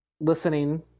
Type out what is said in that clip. listening